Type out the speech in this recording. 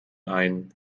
ein